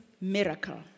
miracle